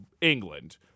England